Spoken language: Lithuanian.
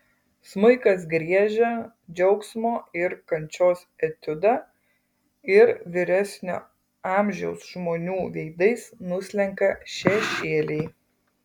smuikas griežia džiaugsmo ir kančios etiudą ir vyresnio amžiaus žmonių veidais nuslenka šešėliai